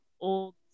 old